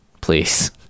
please